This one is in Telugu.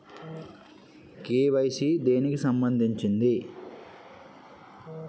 కే.వై.సీ దేనికి సంబందించింది?